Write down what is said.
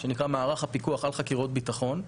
שנקרא מערך הפיקוח על חקירות ביטחון.